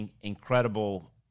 incredible